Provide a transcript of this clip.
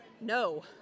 no